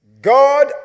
God